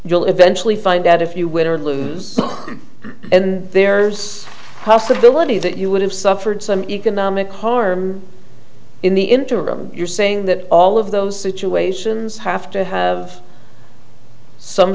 you'll eventually find out if you win or lose and there's a possibility that you would have suffered some economic harm in the interim you're saying that all of those situations have to have some